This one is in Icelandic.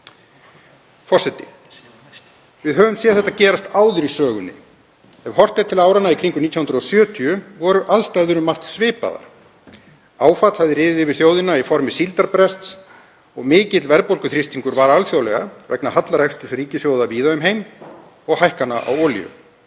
Forseti. Við höfum séð þetta gerast áður í sögunni. Ef horft er til áranna í kringum 1970 voru aðstæður um margt svipaðar. Áfall hafði riðið yfir þjóðina í formi síldarbrests og mikill verðbólguþrýstingur var alþjóðlega vegna hallareksturs ríkissjóða víða um heim og hækkana á olíu.